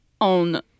on